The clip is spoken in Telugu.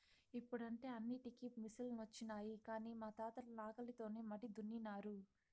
ఇప్పుడంటే అన్నింటికీ మిసనులొచ్చినాయి కానీ మా తాతలు నాగలితోనే మడి దున్నినారు